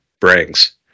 brings